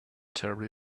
terribly